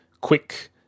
quick